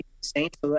Saints